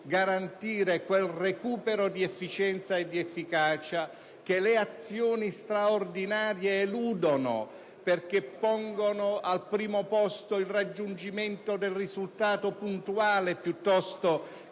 garantire quel recupero di efficienza e di efficacia che le azioni straordinarie eludono, giacché pongono al primo posto il raggiungimento del risultato puntuale piuttosto